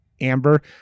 Amber